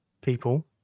people